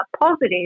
positive